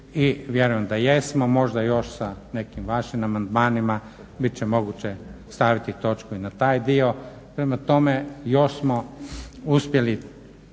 vjerujem da jesmo, možda još sa nekim vašim amandmanima bit će moguće staviti točku i na taj dio. Prema tome, još smo uspjeli